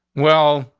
well,